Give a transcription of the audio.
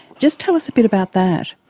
just tell us a bit about that.